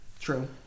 true